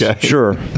Sure